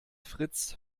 fritz